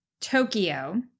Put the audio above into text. Tokyo